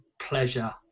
pleasure